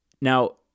Now